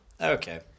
Okay